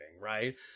right